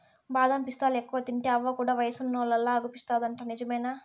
బాదం పిస్తాలెక్కువ తింటే అవ్వ కూడా వయసున్నోల్లలా అగుపిస్తాదంట నిజమేనా